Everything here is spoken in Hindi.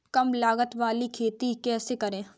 कम लागत वाली खेती कैसे करें?